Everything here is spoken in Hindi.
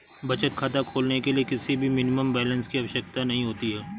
बचत खाता खोलने के लिए किसी भी मिनिमम बैलेंस की आवश्यकता नहीं होती है